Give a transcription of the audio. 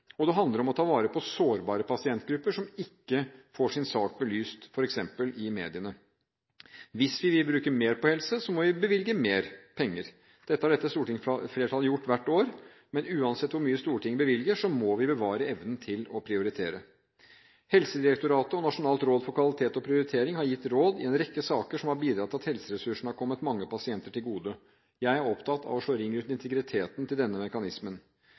og det handler om å ta vare på sårbare pasientgrupper som ikke får sin sak belyst f.eks. i mediene. Hvis vi vil bruke mer på helse, må vi bevilge mer penger. Det har dette stortingsflertallet gjort hvert år, men uansett hvor mye Stortinget bevilger, må vi bevare evnen til å prioritere. Helsedirektoratet og Nasjonalt råd for kvalitet og prioritering har gitt råd i en rekke saker som har bidratt til at helseressursene har kommet mange pasienter til gode. Jeg er opptatt av å slå ring rundt integriteten til denne mekanismen.